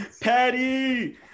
Patty